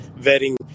vetting